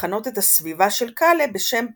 לכנות את הסביבה של קאלה בשם פורטוקלה.